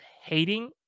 hating